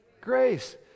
grace